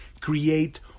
create